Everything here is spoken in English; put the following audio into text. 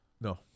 No